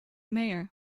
mayor